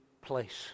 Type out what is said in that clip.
place